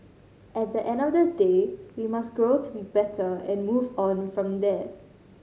at the end of the day we must grow to be better and move on from there